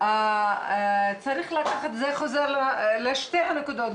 זה חוזר לשתי הנקודות,